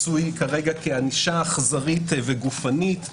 מצוי כרגע כענישה אכזרית וגופנית.